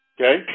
Okay